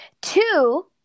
Two